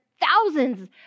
thousands